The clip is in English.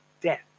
death